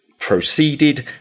proceeded